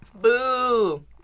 Boo